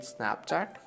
Snapchat